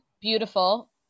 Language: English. beautiful